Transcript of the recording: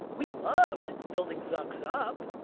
we loved building zucks up.